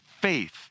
faith